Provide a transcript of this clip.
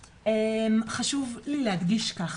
חשוב לי להדגיש ככה,